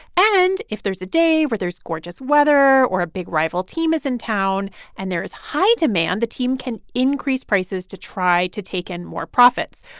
and if there's a day where there's gorgeous weather or a big rival team is in town and there is high demand, the team can increase prices to try to take in more profits.